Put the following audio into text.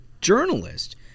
journalist